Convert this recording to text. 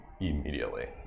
immediately